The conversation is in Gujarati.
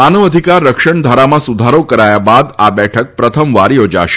માનવ અધિકાર રક્ષણ ધારામાં સુધારો કરાયા બાદ આ બેઠક પ્રથમવાર યોજાશે